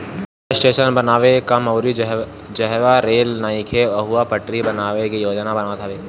नया स्टेशन बनावे के काम अउरी जहवा रेल नइखे उहा पटरी बनावे के योजना बनत हवे